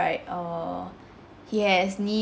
~ght err he has knee